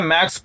Max